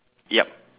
yup